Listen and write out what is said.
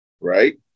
right